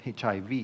HIV